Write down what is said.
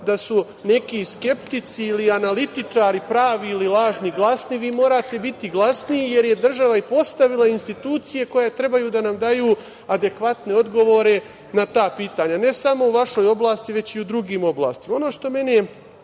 da su neki skeptici ili analitičari pravi ili lažni glasni, vi morate biti glasniji, jer je država i postavila institucije koje trebaju da nam daju adekvatne odgovore na ta pitanja, ne samo u vašoj oblasti, već i u drugim oblastima. Ono što mene